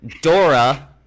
Dora